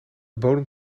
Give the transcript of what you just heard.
bodem